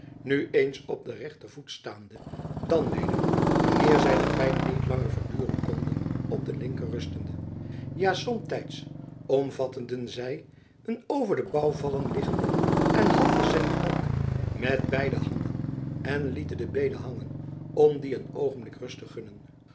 nu eens op den rechtervoet staande dan weder wanneer zij de pijn niet langer verduren konden op den linker rustende ja somtijds omvatteden zij een over de bouwvallen liggenden en half verzengden balk met beide armen en lieten de beenen hangen om die een oogenblik rust te gunnen